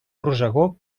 rosegó